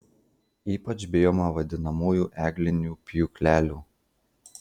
ypač bijoma vadinamųjų eglinių pjūklelių